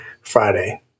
Friday